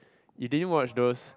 you din watch those